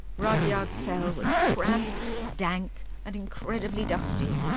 rudyard's cell was cramped, dank, and incredibly dusty,